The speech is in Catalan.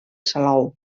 salou